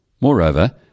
Moreover